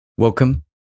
Welcome